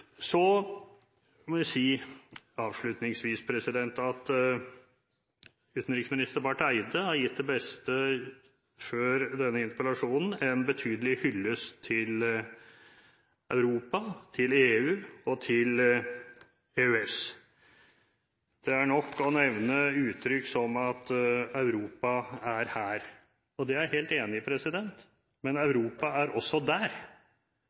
Så må jeg si avslutningsvis at utenriksminister Barth Eide har gitt det beste før denne interpellasjon: en betydelig hyllest til Europa, til EU og til EØS. Det er nok å nevne uttrykk som at Europa er her. Det er jeg helt enig i, men Europa er også der,